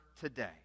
today